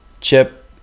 chip